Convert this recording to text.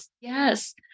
Yes